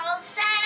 Santa